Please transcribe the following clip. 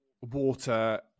water